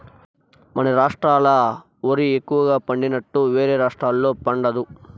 మన రాష్ట్రాల ఓరి ఎక్కువగా పండినట్లుగా వేరే రాష్టాల్లో పండదు